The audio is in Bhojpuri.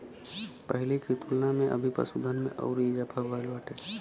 पहिले की तुलना में अभी पशुधन में अउरी इजाफा भईल बाटे